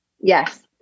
yes